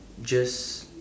just